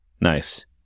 Nice